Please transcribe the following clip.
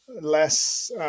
less